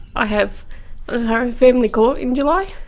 i have family court in july,